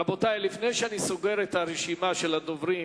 רבותי, לפני שאני סוגר את רשימת הדוברים